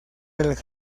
del